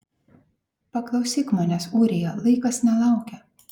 paklausyk manęs ūrija laikas nelaukia